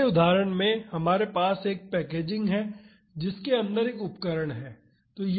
अगले उदाहरण में हमारे पास एक पैकेजिंग है जिसके अंदर एक उपकरण है